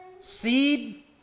Seed